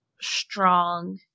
strong